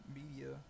media